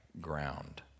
ground